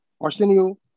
Arsenio